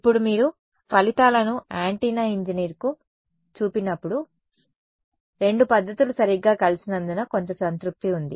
ఇప్పుడు మీరు ఈ ఫలితాలను యాంటెన్నా ఇంజనీర్కు చూపినప్పుడు రెండు పద్ధతులు సరిగ్గా కలిసినందున కొంత సంతృప్తి ఉంది